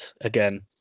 again